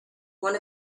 one